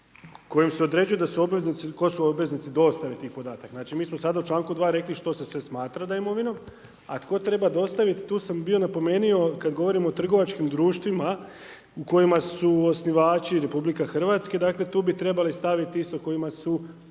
kojim se određuje da su obveznici, tko su obveznici dostave tih podataka. Znači, mi smo sada u čl. 2. rekli što se sve smatra imovinom, a tko treba dostaviti, tu sam bio napomenuo, kada govorimo o trgovačkim društvima u kojima su osnivači RH, dakle, tu bi trebali staviti isto kojima su,